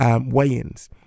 weigh-ins